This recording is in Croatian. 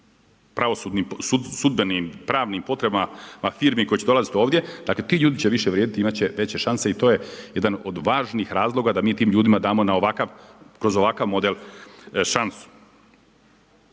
sudbenim, pravnim potrebama firmi koje će dolaziti ovdje, dakle ti ljudi će više vrijediti, imati će veće šanse i to je jedan od važnih razloga da mi tim ljudima damo na ovakav, kroz ovakav model šansu.